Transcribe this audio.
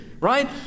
right